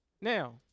Now